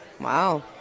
Wow